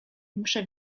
muszę